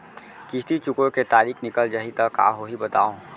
किस्ती चुकोय के तारीक निकल जाही त का होही बताव?